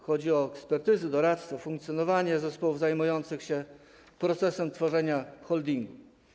Chodzi o ekspertyzy, doradców, funkcjonowanie zespołów zajmujących się procesem tworzenia holdingu.